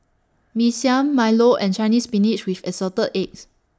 Mee Siam Milo and Chinese Spinach with Assorted Eggs